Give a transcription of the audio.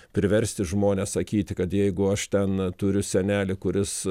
priversti žmones sakyti kad jeigu aš ten turiu senelį kuris